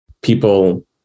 people